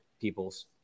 Peoples